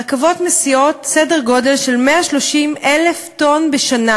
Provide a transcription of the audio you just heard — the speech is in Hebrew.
רכבות מסיעות סדר גודל של 130,000 טונות בשנה